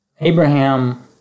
Abraham